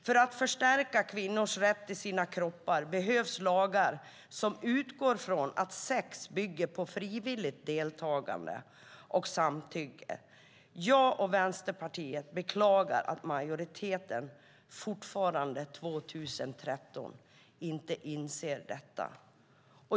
För att förstärka kvinnors rätt till sina kroppar behövs lagar som utgår från att sex bygger på frivilligt deltagande och samtycke. Jag och Vänsterpartiet beklagar att majoriteten fortfarande 2013 inte inser detta.